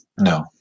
No